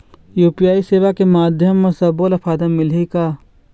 UPI सेवा के माध्यम म सब्बो ला फायदा मिलही का?